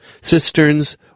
cisterns